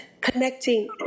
Connecting